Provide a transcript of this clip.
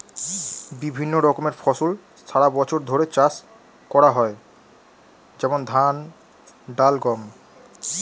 বিভিন্ন রকমের ফসল সারা বছর ধরে চাষ করা হয়, যেমন ধান, ডাল, গম